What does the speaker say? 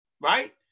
Right